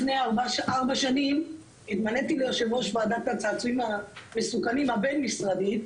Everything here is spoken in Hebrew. לפני ארבע שנים התמניתי ליושבת ראש ועדת הצעצועים המסוכנים הבין-משרדית.